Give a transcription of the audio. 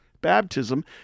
baptism